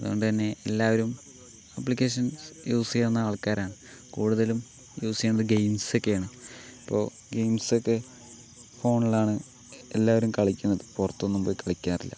അതുകൊണ്ട് തന്നെ എല്ലാവരും അപ്ലിക്കേഷൻസ് യൂസ് ചെയ്യാവുന്ന ആൾക്കാരാണ് കൂടുതലും യൂസ് ചെയ്യണത് ഗെയിംസൊക്കെയാണ് ഇപ്പോൾ ഗെയിംസൊക്കെ ഫോണിലാണ് എല്ലാവരും കളിക്കുന്നത് പുറത്തൊന്നും പോയി കളിക്കാറില്ല